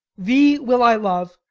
thee will i love,